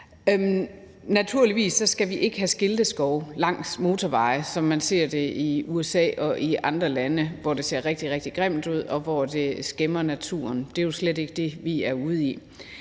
Naturligvis skal vi ikke have skilteskove langs motorveje, som man ser det i USA og i andre lande, hvor det ser rigtig, rigtig grimt ud, og hvor det skæmmer naturen. Det er jo slet ikke det, vi er ude i.